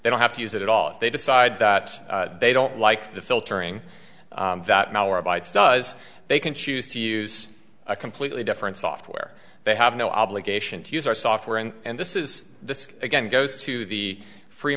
they don't have to use it at all if they decide that they don't like the filtering that malware bytes does they can choose to use a completely different software they have no obligation to use our software and this is this again goes to the free